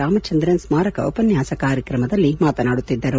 ರಾಮಚಂದ್ರನ್ ಸ್ಮಾರಕ ಉಪನ್ಯಾಸ ಕಾರ್ಯಕ್ರಮದಲ್ಲಿ ಮಾತನಾಡುತ್ತಿದ್ದರು